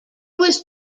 was